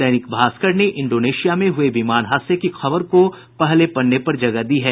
दैनिक भास्कर ने इंडोनेशिया में हुए विमान हादसे की खबर को पहले पन्ने पर जगह दी है